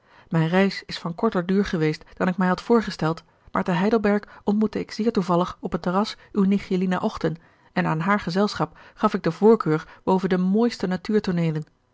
mijne reis is van korter duur geweest dan ik mij had voorgesteld maar te heidelberg ontmoette ik zeer toevallig op gerard keller het testament van mevrouw de tonnette het terras uw nichtje lina ochten en aan haar gezelschap gaf ik de voorkeur boven de mooiste